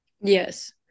Yes